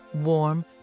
warm